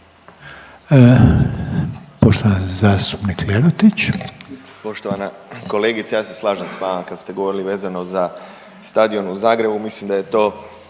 Poštovani zastupnik Lerotić.